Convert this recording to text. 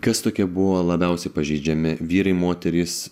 kas tokie buvo labiausiai pažeidžiami vyrai moterys